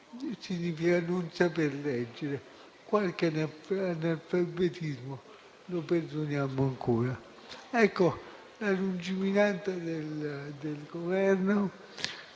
significa non saper leggere. Qualche analfabetismo lo perdoniamo ancora. La lungimiranza del Governo,